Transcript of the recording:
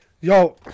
Yo